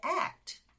act